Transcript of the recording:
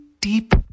deep